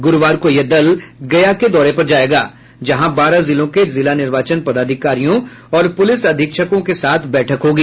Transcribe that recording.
गुरूवार को यह दल गया के दौरे पर जायेगा जहां बारह जिलों के जिला निर्वाचन पदाधिकारियों और पुलिस अधीक्षकों के साथ बैठक होगी